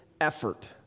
effort